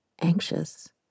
anxious